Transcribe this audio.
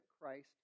Christ